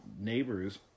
neighbors